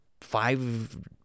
five